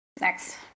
next